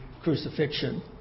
crucifixion